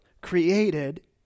created